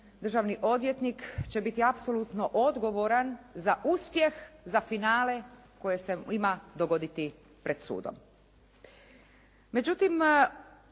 državni odvjetnik će biti apsolutno odgovaran za uspjeh, za finale koje se ima dogoditi pred sudom.